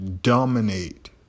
dominate